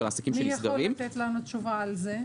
מי יכול לתת תשובה על זה?